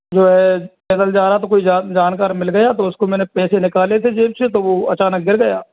जो है पैदल जा रहा था तो कोई जानकार मिल गया तो उसको मैंने पैसे निकाले थे जेब से तो अचानक से गिर गया